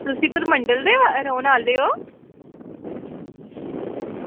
तुसी परमंडल दे रौह्न आह्ले ओ